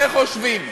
יש רה-חושבים.